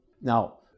Now